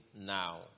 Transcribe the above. now